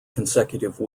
consecutive